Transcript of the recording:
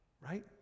right